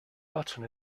button